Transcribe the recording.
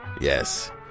Yes